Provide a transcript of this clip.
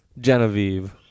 Genevieve